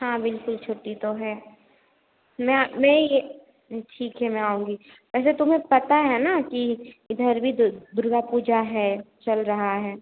हाँ बिल्कुल छुट्टी तो है मैं मैं यह ठीक है मैं आऊँगी वैसे तुम्हें पता है ना कि इधर भी दु दुर्गा पूजा है चल रही है